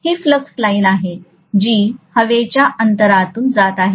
ही flux line आहे जी हवेच्या अंतरातून जात आहे